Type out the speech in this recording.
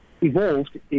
evolved